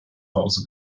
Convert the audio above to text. hause